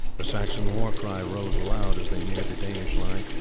the saxon war cry rose loud as they neared the danish line,